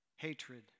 Hatred